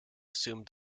assumed